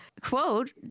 quote